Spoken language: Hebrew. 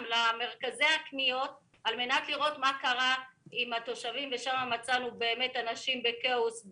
במרכזי הקניות כדי לבדוק את התושבים ומצאנו שם אנשים בכאוס,